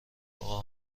آقا